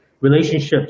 relationships